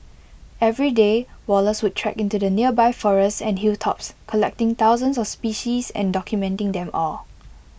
every day Wallace would trek into the nearby forests and hilltops collecting thousands of species and documenting them all